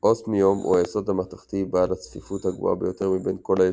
אוסמיום הוא היסוד המתכתי בעל הצפיפות הגבוהה ביותר מבין כל היסודות,